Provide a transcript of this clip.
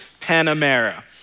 panamera